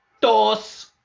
dos